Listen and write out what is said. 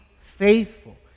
faithful